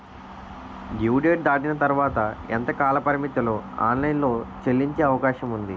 Due date దాటిన తర్వాత ఎంత కాలపరిమితిలో ఆన్ లైన్ లో చెల్లించే అవకాశం వుంది?